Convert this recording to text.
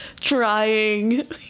trying